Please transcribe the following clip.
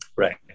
Right